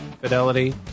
Fidelity